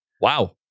Wow